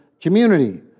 community